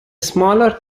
smaller